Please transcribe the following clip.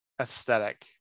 aesthetic